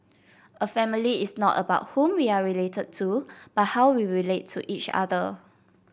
a family is not about whom we are related to but how we relate to each other